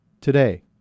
today